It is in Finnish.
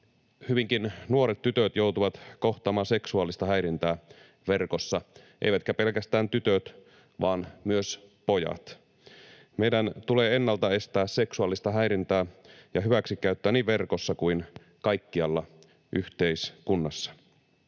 hyvinkin nuoret tytöt joutuvat kohtaamaan seksuaalista häirintää verkossa — eivätkä pelkästään tytöt vaan myös pojat. Meidän tulee ennalta estää seksuaalista häirintää ja hyväksikäyttöä niin verkossa kuin kaikkialla yhteiskunnassa.